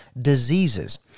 diseases